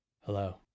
Hello